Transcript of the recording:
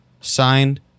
Signed